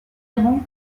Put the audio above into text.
errant